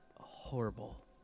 horrible